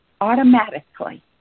automatically